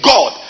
God